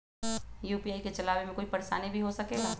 UPI के चलावे मे कोई परेशानी भी हो सकेला?